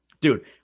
Dude